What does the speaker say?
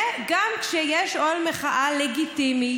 וגם כשיש אוהל מחאה לגיטימי,